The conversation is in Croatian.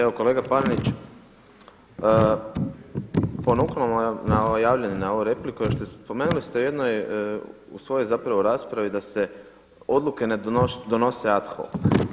Evo kolega Panenić, ponukani na ovo javljanje na ovu repliku, spomenuli ste u jednoj, u svojoj zapravo raspravi da se odluke ne donose ad hoc.